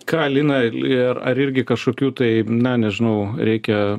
ką lina ir ar irgi kažkokių tai na nežinau reikia